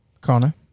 Connor